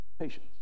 Patience